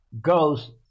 goes